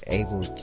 able